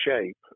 shape